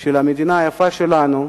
של המדינה היפה שלנו,